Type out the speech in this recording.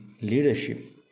leadership